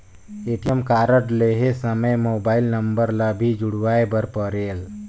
ATM card लहे समय mobile number ला भी जुड़वाए बर परेल?